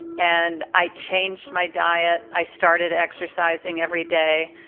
and i changed my diet. i started exercising every day.